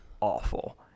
awful